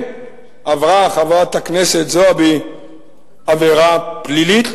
עברה חברת הכנסת זועבי עבירה פלילית.